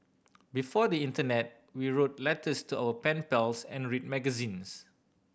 before the internet we wrote letters to our pen pals and read magazines